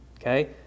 okay